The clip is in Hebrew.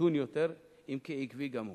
מתון יותר, אם כי עקבי גם הוא.